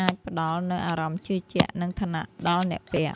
អាចផ្តល់នូវអារម្មណ៍ជឿជាក់ និងឋានៈដល់អ្នកពាក់។